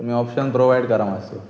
तुमी option provide करा मातसो